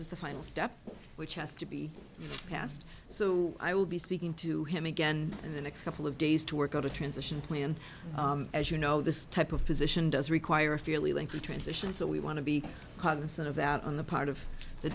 is the final step which has to be passed so i will be speaking to him again in the next couple of days to work out a transition plan as you know this type of position does require a fairly lengthy transition so we want to be cognizant of that on the part of the